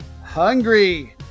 hungry